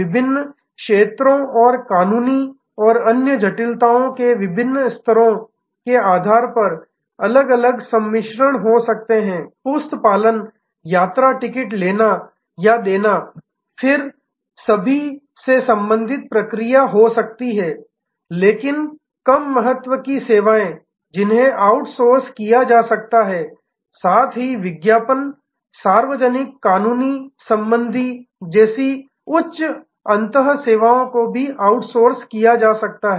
विभिन्न क्षेत्रों और कानूनी और अन्य जटिलताओं के विभिन्न स्तरों के आधार पर अलग अलग सम्मिश्रण हो सकते हैं पुस्तपालन यात्रा टिकट लेना या देना सभी फिर से संबंधित प्रक्रिया हो सकती है लेकिन कम महत्व की सेवाएं जिन्हें आउटसोर्स किया जा सकता है साथ ही विज्ञापन सार्वजनिक कानूनी संबंध जैसी उच्च अंत सेवाओं को भी आउटसोर्स किया जा सकता है